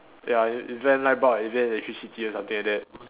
ya is is there light bulb is there electricity or something like that